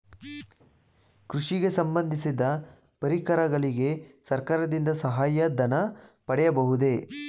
ಕೃಷಿಗೆ ಸಂಬಂದಿಸಿದ ಪರಿಕರಗಳಿಗೆ ಸರ್ಕಾರದಿಂದ ಸಹಾಯ ಧನ ಪಡೆಯಬಹುದೇ?